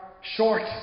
short